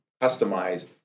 customize